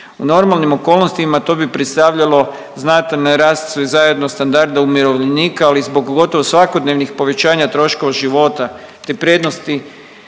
U normalnim okolnostima to bi predstavljalo znatan rast sve zajedno standarda umirovljenika, ali zbog gotovo svakodnevnih povećanja troškova života, ta prednost